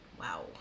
Wow